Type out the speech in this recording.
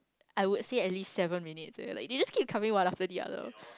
I would say at least seven minutes eh like they just keep coming one after the other